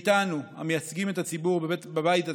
מאיתנו, המייצגים את הציבור בבית הזה,